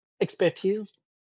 expertise